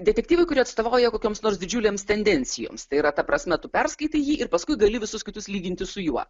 detektyvai kurie atstovauja kokioms nors didžiulėms tendencijoms tai yra ta prasme tu perskaitai jį ir paskui gali visus kitus lyginti su juo